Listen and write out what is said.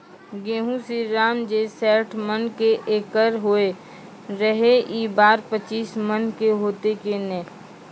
गेहूँ श्रीराम जे सैठ मन के एकरऽ होय रहे ई बार पचीस मन के होते कि नेय?